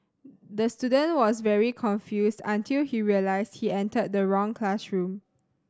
the student was very confused until he realised he entered the wrong classroom